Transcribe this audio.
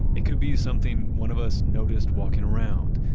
it could be something one of us noticed walking around,